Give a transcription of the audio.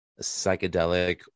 psychedelic